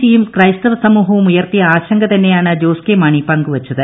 സിയും ക്രൈസ്തവ സമൂഹവും ഉയർത്തിയ ആശങ്ക തന്നെയാണ് ജോസ് കെ മാണി പങ്ക് വെച്ചത്